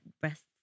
breasts